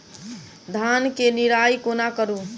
धान केँ निराई कोना करु?